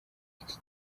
iki